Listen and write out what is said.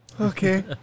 Okay